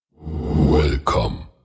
Welcome